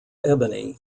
ebony